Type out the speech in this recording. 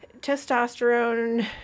testosterone